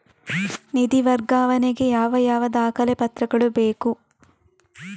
ನಿಧಿ ವರ್ಗಾವಣೆ ಗೆ ಯಾವ ಯಾವ ದಾಖಲೆ ಪತ್ರಗಳು ಬೇಕು?